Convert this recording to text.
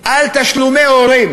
על תשלומי הורים.